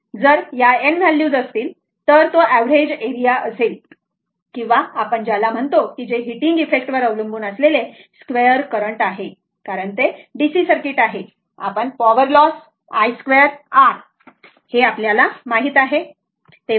जर n value असतील तर तो ऍव्हरेज एरिया असेल किंवा आपण ज्याला म्हणतो की जे हीटिंग इफेक्ट वर अवलंबून असलेले स्क्वेअर करंट आहे कारण ते डीसी सर्किट आहे आपण पॉवर लॉस i 2 r हे आपल्याला माहीत आहे बरोबर